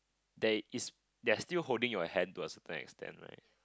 there is they are still holding your hand to a certain extend right